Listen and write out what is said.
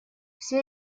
все